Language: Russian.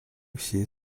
всей